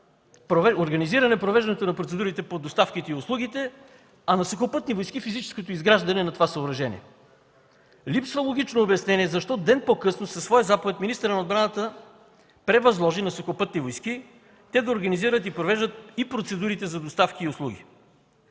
организиране провеждането на процедурите по доставките и услугите, а на Сухопътни войски – физическото изграждане на това съоръжение. Липсва логично обяснение защо ден по-късно със своя заповед министърът на отбраната превъзложи на Сухопътни войски да организират и провеждат и процедурите за доставки и услуги.